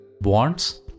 wants